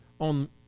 on